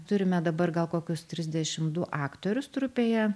turime dabar gal kokius trisdešim du aktorius trupėje